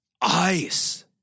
Ice